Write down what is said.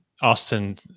Austin